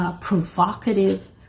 provocative